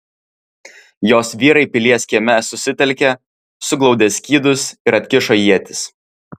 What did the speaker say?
jos vyrai pilies kieme susitelkė suglaudė skydus ir atkišo ietis